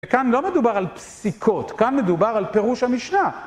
כאן לא מדובר על פסיקות, כאן מדובר על פירוש המשנה.